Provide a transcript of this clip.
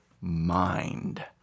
mind